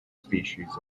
species